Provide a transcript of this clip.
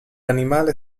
animale